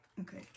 Okay